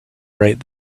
right